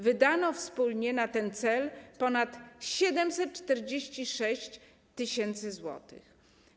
Wydano wspólnie na ten cel ponad 746 tys. zł.